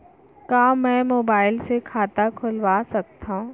का मैं मोबाइल से खाता खोलवा सकथव?